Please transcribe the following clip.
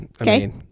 Okay